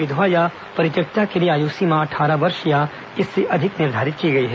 विधवा या परित्यक्ता के लिए आयु सीमा अट्ठारह वर्ष या उससे वहीं अधिक निर्धारित की गई है